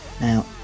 Now